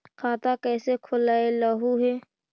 खाता कैसे खोलैलहू हे?